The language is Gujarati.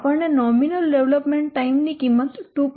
આપણને નોમિનલ ડેવલપમેન્ટ ટાઈમ ની કિંમત 2